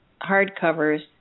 hardcovers